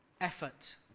Effort